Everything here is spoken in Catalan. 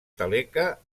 taleca